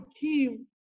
team